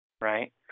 right